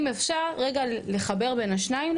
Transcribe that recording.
אם אפשר רגע לחבר בין השניים,